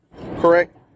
correct